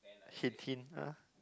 hint hint ah